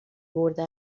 برده